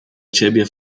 ciebie